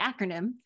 acronym